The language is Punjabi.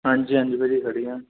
ਹਾਂਜੀ ਹਾਂਜੀ ਭਾਅ ਜੀ ਵਧੀਆ